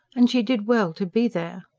and she did well to be there.